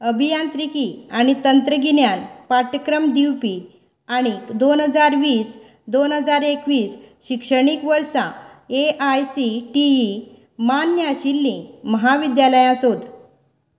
अभियांत्रिकी आणी तंत्रगिन्यान पाठ्यक्रम दिवपी आनी दोन हजार वीस दोन हजार एकवीस शिक्षणीक वर्सा A I C T E मान्य आशिल्ली महाविद्यालयां सोद